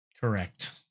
Correct